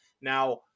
Now